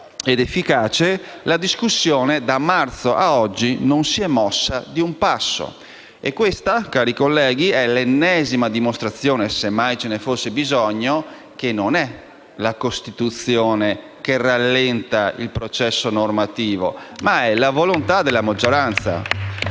ed efficace, la discussione, da marzo ad oggi, non si è mossa di un passo. E questa, cari colleghi, è l'ennesima dimostrazione, se mai ve ne fosse bisogno, che non è la Costituzione che rallenta il processo normativo, ma è la volontà della maggioranza.